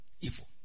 evil